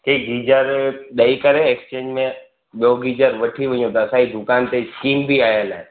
की गीजर ॾई करे एक्स्चेंज में ॿियो गीजर वठी वञो त असांजी दुकान ते स्कीम बि आयल आहे